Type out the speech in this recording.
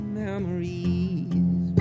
memories